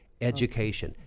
education